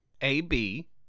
A-B